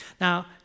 Now